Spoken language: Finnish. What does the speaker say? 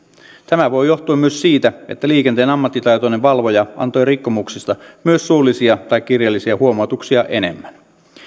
tämä voi johtua myös siitä että liikenteen ammattitaitoinen valvoja antoi rikkomuksista enemmän suullisia tai kirjallisia huomautuksia